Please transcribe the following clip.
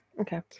Okay